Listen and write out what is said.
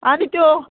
आनी त्यो